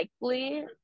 likely